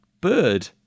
bird